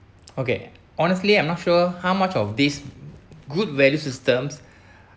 okay honestly I'm not sure how much of this good value systems